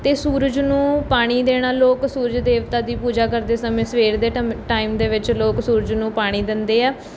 ਅਤੇ ਸੂਰਜ ਨੂੰ ਪਾਣੀ ਦੇਣਾ ਲੋਕ ਸੂਰਜ ਦੇਵਤਾ ਦੀ ਪੂਜਾ ਕਰਦੇ ਸਮੇਂ ਸਵੇਰ ਦੇ ਟਮੇ ਟਾਈਮ ਦੇ ਵਿੱਚ ਲੋਕ ਸੂਰਜ ਨੂੰ ਪਾਣੀ ਦਿੰਦੇ ਆ